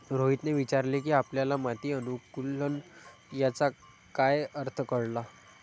रोहितने विचारले की आपल्याला माती अनुकुलन याचा काय अर्थ कळला?